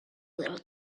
little